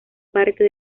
parte